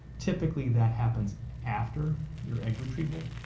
typically that happens after your egg retrieval,